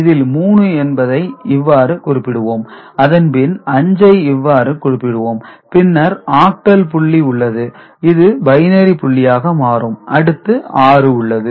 இதில் 3 என்பதை இவ்வாறு குறிப்பிடுவோம் அதன் பின் 5 ஐ இவ்வாறு குறிப்பிடுவோம் பின்னர் ஆக்டல் புள்ளி உள்ளது இது பைனரி புள்ளியாக மாறும் அடுத்து 6 உள்ளது